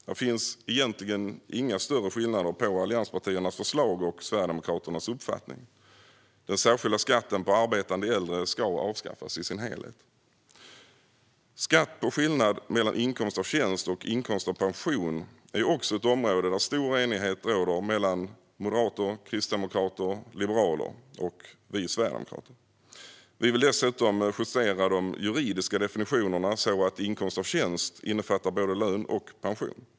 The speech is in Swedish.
Här finns egentligen inga större skillnader mellan allianspartiernas förslag och Sverigedemokraternas uppfattning. Den särskilda skatten på arbetande äldre ska avskaffas i sin helhet. Skatt på skillnad mellan inkomst av tjänst och inkomst av pension är också ett område där det råder stor enighet mellan moderater, kristdemokrater, liberaler och sverigedemokrater. Vi sverigedemokrater vill dessutom justera de juridiska definitionerna så att inkomst av tjänst innefattar både lön och pension.